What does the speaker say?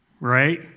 Right